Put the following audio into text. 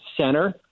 center